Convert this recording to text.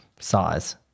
size